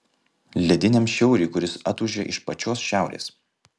lediniam šiauriui kuris atūžia iš pačios šiaurės